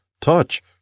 touch